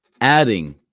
adding